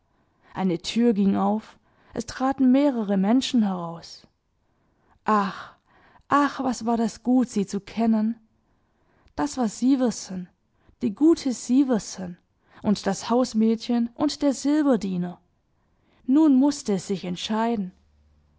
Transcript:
eine tür ging auf es traten mehrere menschen heraus ach ach was war das gut sie zu kennen das war sieversen die gute sieversen und das hausmädchen und der silberdiener nun mußte es sich entscheiden